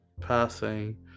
passing